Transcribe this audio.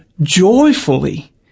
joyfully